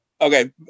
Okay